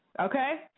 okay